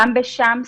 גם בשאמס,